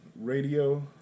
Radio